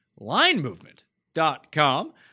linemovement.com